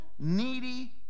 needy